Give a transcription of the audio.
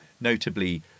notably